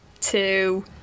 two